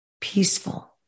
peaceful